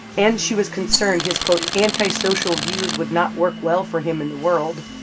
and she was concerned his, quote, antisocial views would not work well for him in the world.